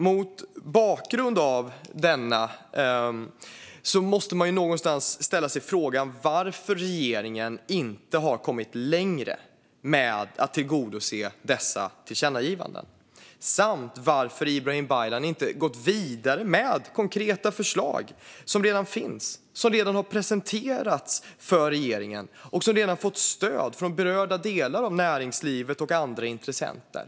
Mot denna bakgrund måste man fråga sig varför regeringen inte har kommit längre med att tillgodose dessa tillkännagivanden och varför Ibrahim Baylan inte har gått vidare med konkreta förslag som redan finns, som redan har presenterats för regeringen och som redan har fått stöd från berörda delar av näringslivet och andra intressenter.